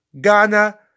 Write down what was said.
Ghana